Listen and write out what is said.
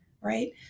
Right